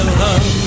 love